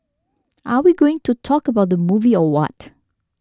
are we going to talk about the movie or what